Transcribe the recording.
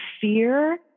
fear